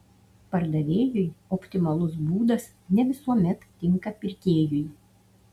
pardavėjui optimalus būdas ne visuomet tinka pirkėjui